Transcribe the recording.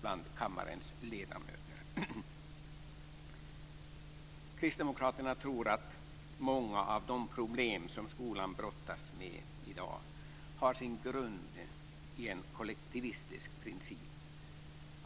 bland kammarens ledamöter. Kristdemokraterna tror att många av de problem som skolan brottas med i dag har sin grund i en kollektivistisk princip.